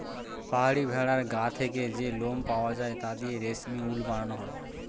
পাহাড়ি ভেড়ার গা থেকে যে লোম পাওয়া যায় তা দিয়ে রেশমি উল বানানো হয়